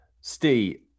Steve